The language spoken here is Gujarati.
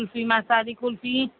કુલ્ફીમાં સાદી કુલ્ફી